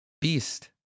beast